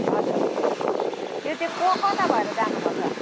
हजुर त्यो चाहिँ को कता भएर जानुपर्छ